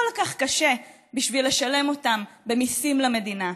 כך קשה בשביל לשלם אותם במיסים למדינה.